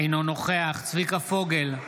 אינו נוכח צביקה פוגל,